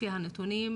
לפי הנתונים,